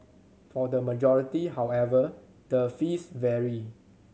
for the majority however the fees vary